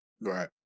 Right